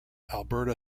alberta